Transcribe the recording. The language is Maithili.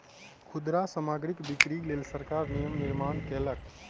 खुदरा सामग्रीक बिक्रीक लेल सरकार नियम निर्माण कयलक